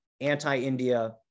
anti-India